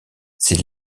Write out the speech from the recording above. c’est